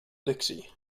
dixie